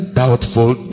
doubtful